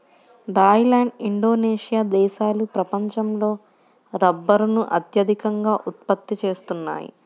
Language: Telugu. థాయ్ ల్యాండ్, ఇండోనేషియా దేశాలు ప్రపంచంలో రబ్బరును అత్యధికంగా ఉత్పత్తి చేస్తున్నాయి